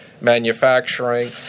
manufacturing